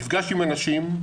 נפגש עם אנשים,